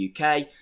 UK